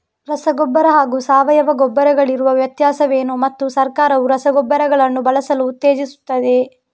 ರಸಗೊಬ್ಬರ ಹಾಗೂ ಸಾವಯವ ಗೊಬ್ಬರ ಗಳಿಗಿರುವ ವ್ಯತ್ಯಾಸವೇನು ಮತ್ತು ಸರ್ಕಾರವು ರಸಗೊಬ್ಬರಗಳನ್ನು ಬಳಸಲು ಉತ್ತೇಜಿಸುತ್ತೆವೆಯೇ?